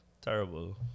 Terrible